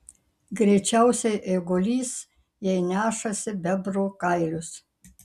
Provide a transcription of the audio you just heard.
greičiausiai eigulys jei nešasi bebrų kailius